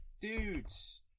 dudes